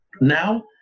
Now